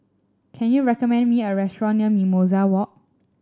can you recommend me a restaurant near Mimosa Walk